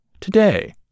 Today